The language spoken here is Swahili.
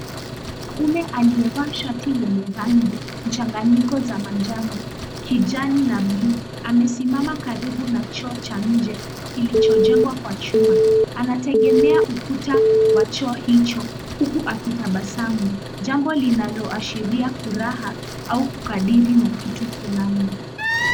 Wanaume aliyevalia shati zenye rangi mchanganyiko za manjano, kijani na blue amesimama karibu na chuo cha nje kilichojengwa kwa chuma. Anaegemea ukuta wa choo hicho huku akitabasamu jambo linaloashiria furaha au kukadiri na kitu fulani.